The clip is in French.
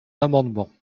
amendement